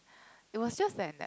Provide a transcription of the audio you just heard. it was just an